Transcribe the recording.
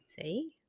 See